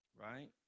right